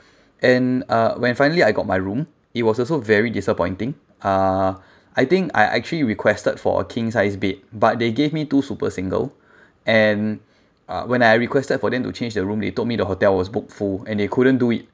and uh when finally I got my room it was also very disappointing uh I think I actually requested for a king-sized bed but they gave me two super single and uh when I requested for them to change the room they told me the hotel was booked full and they couldn't do it